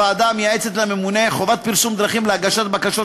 בוועדה שאני היום ניהלתי יחד עם ניסן רק חבר כנסת אחד מהצד הזה